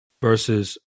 versus